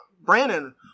Brandon